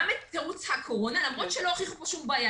גם את תירוץ הקורונה, למרות שלא הוכיחו שום בעיה.